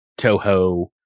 Toho